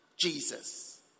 Jesus